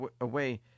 away